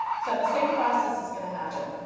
so the same process is going to happen.